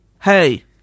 hey